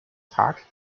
park